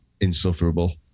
insufferable